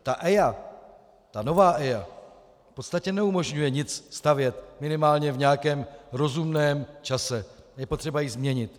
Ta EIA, ta nová EIA v podstatě neumožňuje nic stavět minimálně v nějakém rozumném čase a je potřeba ji změnit.